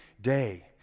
day